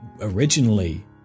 originally